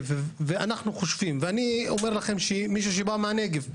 אני אומר לכם כאחד שבא מהנגב,